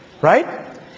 Right